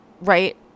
right